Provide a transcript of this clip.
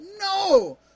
No